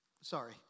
sorry